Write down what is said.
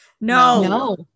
no